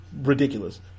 ridiculous